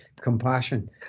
compassion